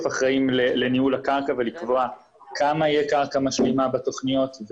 אחראיים לניהול הקרקע ולקבוע כמה תהיה קרקע משלימה בתכניות,